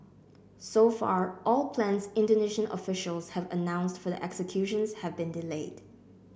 so far all plans Indonesian officials have announced for the executions have been delayed